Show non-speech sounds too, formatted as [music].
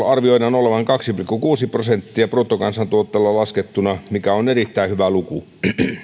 [unintelligible] arvioidaan olevan kaksi pilkku kuusi prosenttia bruttokansantuotteella laskettuna mikä on erittäin hyvä luku